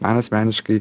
man asmeniškai